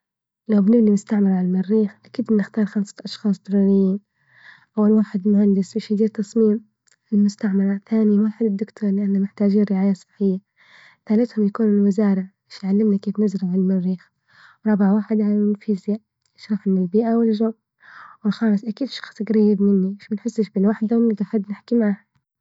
لو بنبني مستعمرة عالمريخ أكيد بنختار خمسة أشخاص تانيين، أول واحد مهندس باش يدير تصميم المستعمرة، ثاني واحد الدكتور، لإنه محتاجين رعاية صحية، ثالثهم يكونوا المزارع باش يعلمنا كيف نزرع المريخ، رابع واحد عالم الفيزياء، شحن البيئة والجو، والخامس أكيد الشخص قريب مني باش بنحسش بالوحدة، ونلقى حد نحكي معه.